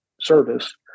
service